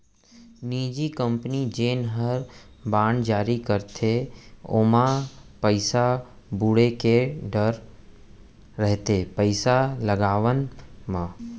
निजी कंपनी जेन हर बांड जारी करथे ओमा पइसा बुड़े के डर रइथे पइसा लगावब म